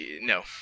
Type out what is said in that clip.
No